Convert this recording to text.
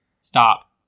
stop